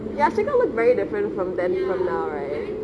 yashika looks very different from then from now right